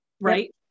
right